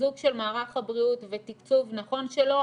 חיזוק של מערך הבריאות ותקצוב נכון שלו,